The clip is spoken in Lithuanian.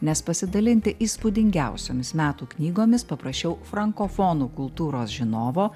nes pasidalinti įspūdingiausiomis metų knygomis paprašiau frankofonų kultūros žinovo